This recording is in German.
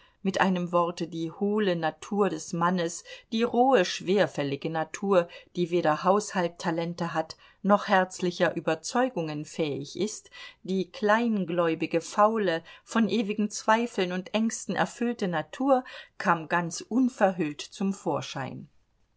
mit einem worte die hohle natur des mannes die rohe schwerfällige natur die weder haushalttalente hat noch herzlicher überzeugungen fähig ist die kleingläubige faule von ewigen zweifeln und ängsten erfüllte natur kam ganz unverhüllt zum vorschein